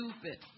stupid